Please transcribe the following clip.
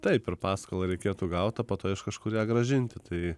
taip ir paskolą reikėtų gaut o po to iš kažkur ją grąžinti tai